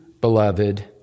beloved